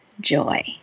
joy